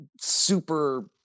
super